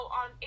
on